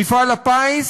מפעל הפיס